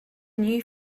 new